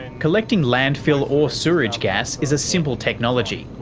collecting landfill or sewerage gas is a simple technology,